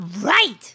right